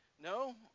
No